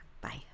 bye